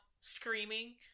screaming